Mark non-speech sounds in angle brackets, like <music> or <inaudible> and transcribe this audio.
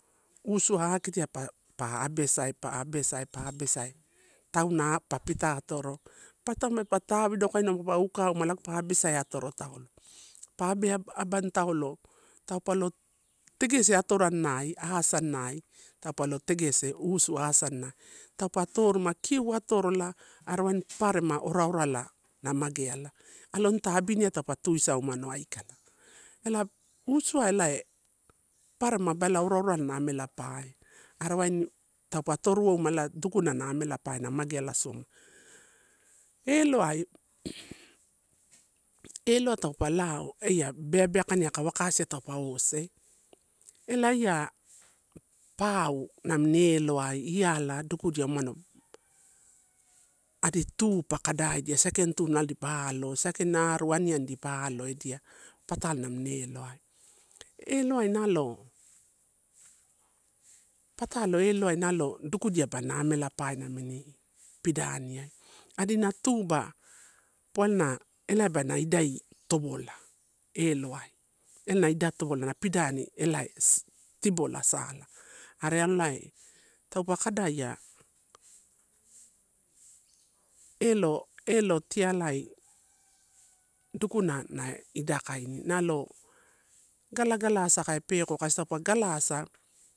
Usuai akitiai pa, pa abesai, pa abesai, pa abesai tauna pa pita atoro. Papara taim pe tawidokaino pa ukauma, pa abesai atoro taula, pa abeabani taula, pautaulo tegese atoranai, asanai, taupa lo tegese usu asanai, taupa toruma kiu atorola are wanini paparema ora orala na mage ala alon ita abinia pa tuisau umano aikala. Ela usuai elae paparema ba ora orala. Ela usuai elae paparema ba ora orala na amela pae, are waini taupe toruouma ela dukuna na amela pae na mageaiasoma. Eloai <hesitation> eloai taupe lao ia beabeakai, aka wakasiai taupe ose, ela eia pau namini eloai, iala dukudia numano adi tu pa kadaidia aikaini tu nalo dipa alo, saikaini arua aniani dipa alo edia patalo namini eloai. Eloai nalo, patalo eloai nalo dukudiaba ia amelapae amini pidaniai adi na tu ba poana elai ba na dai towola eloai, ela na idai towola na pidani elai tibola sala are alai taupa kadaia, elo elo tialai dukuna na idakani nalo galagalasa kai peko kasi tupa galasa.